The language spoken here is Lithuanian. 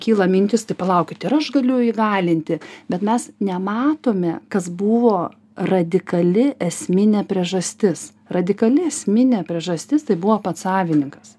kyla mintys tai palaukit ir aš galiu įgalinti bet mes nematome kas buvo radikali esminė priežastis radikali esminė priežastis tai buvo pats savininkas